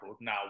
now